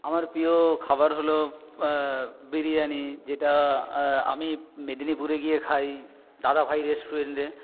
আমার প্রিয় খাবার হল বিরিয়ানি যেটা আমি মেদিনীপুরে গিয়ে খাই দাদাভাই রেস্টুরেন্টে